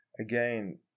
again